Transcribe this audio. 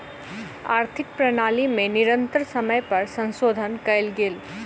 आर्थिक प्रणाली में निरंतर समय पर संशोधन कयल गेल